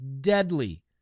deadly